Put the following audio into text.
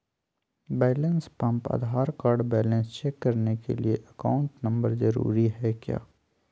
Balance pump Aadhaar card balance check करने के लिए अकाउंट नंबर जरूरी है क्या?